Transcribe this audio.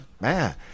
man